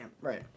Right